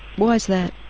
why is that?